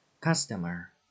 Customer